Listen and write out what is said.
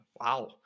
wow